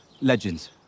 legends